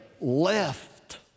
left